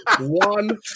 One